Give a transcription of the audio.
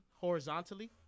horizontally